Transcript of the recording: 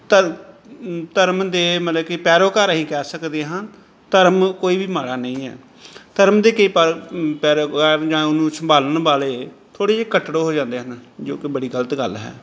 ਧਰ ਧਰਮ ਦੇ ਮਤਲਬ ਕਿ ਪੈਰੋਕਾਰ ਅਸੀਂ ਕਹਿ ਸਕਦੇ ਹਾਂ ਧਰਮ ਕੋਈ ਵੀ ਮਾੜਾ ਨਹੀਂ ਹੈ ਧਰਮ ਦੇ ਕਈ ਪਰ ਪੈਰੋਕਾਰ ਜਾਂ ਉਹਨੂੰ ਸੰਭਾਲਣ ਵਾਲੇ ਥੋੜ੍ਹੇ ਜਿਹੇ ਕੱਟੜ ਹੋ ਜਾਂਦੇ ਹਨ ਜੋ ਕਿ ਬੜੀ ਗਲਤ ਗੱਲ ਹੈ